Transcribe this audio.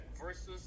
versus